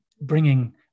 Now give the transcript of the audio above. bringing